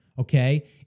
okay